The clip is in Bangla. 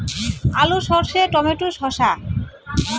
আলু সর্ষে টমেটো শসা